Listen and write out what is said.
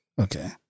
okay